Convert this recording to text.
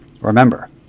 remember